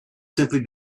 simply